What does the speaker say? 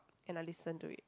and I listen to it